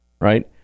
right